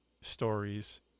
stories